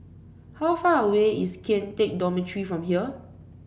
how far away is Kian Teck Dormitory from here